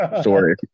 story